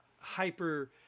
hyper-